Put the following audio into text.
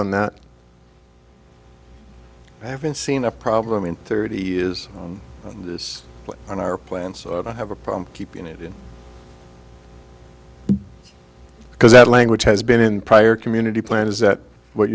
on that i haven't seen a problem in thirty is this on our plans to have a problem keeping it in because that language has been in prior community plan is that what